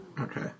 Okay